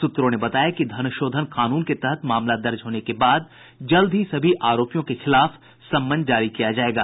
सूत्रों ने बताया कि धन शोधन कानून के तहत मामला दर्ज होने के बाद जल्द ही सभी आरोपियों के खिलाफ समन जारी किया जायेगा